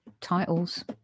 titles